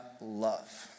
love